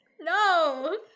no